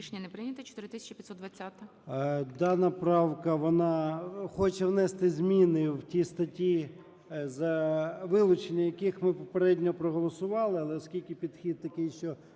13:51:13 ЧЕРНЕНКО О.М. Дана правка, вона хоче внести зміни і ті статті, за вилучення яких ми попередньо проголосували, але оскільки підхід такий, що